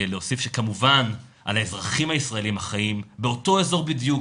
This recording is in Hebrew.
להוסיף שכמובן על האזרחים הישראלים החיים באותו אזור בדיוק,